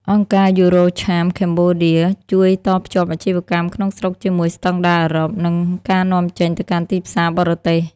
អង្គការ EuroCham Cambodia ជួយតភ្ជាប់អាជីវកម្មក្នុងស្រុកជាមួយ "ស្ដង់ដារអឺរ៉ុប" និងការនាំចេញទៅកាន់ទីផ្សារបរទេស។